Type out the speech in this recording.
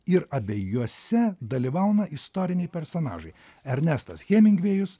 ir abejuose dalyvauna istoriniai personažai ernestas hemingvėjus